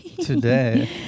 Today